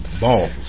Balls